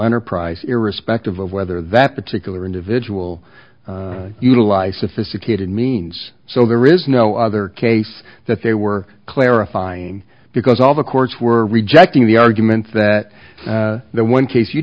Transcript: enterprise irrespective of whether that particular individual utilized sophisticated means so there is no other case that they were clarifying because all the courts were rejecting the argument that the one case you